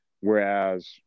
Whereas